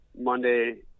Monday